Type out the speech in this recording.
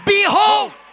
behold